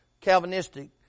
Calvinistic